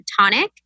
tonic